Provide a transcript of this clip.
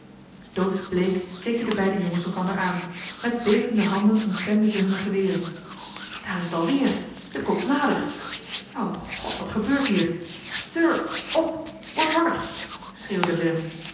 doodsbleek keken de beide jongens elkander aan met bevende handen omklemden ze hunne geweren daar is het al weer het komt nader o god wat gebeurt hier sir op word wakker schreeuwde willem